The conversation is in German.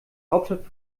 hauptstadt